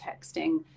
texting